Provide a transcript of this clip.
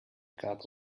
cup